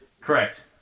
Correct